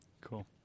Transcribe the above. Cool